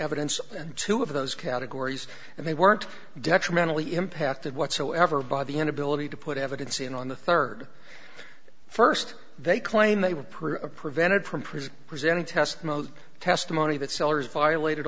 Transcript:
evidence and two of those categories and they weren't detrimentally impacted whatsoever by the inability to put evidence in on the third first they claim they were proof prevented from prison presented test mode testimony that sellers violated